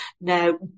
Now